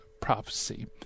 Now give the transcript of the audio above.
prophecy